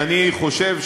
אני חושב,